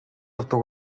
авдаг